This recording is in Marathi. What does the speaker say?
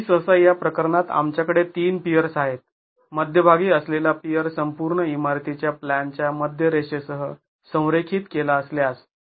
आम्ही सहसा या प्रकरणात आमच्याकडे तीन पियर्स आहेत मध्यभागी असलेला पियर संपूर्ण इमारतीच्या प्लॅन च्या मध्यरेषेसह संरेखित केला असल्यास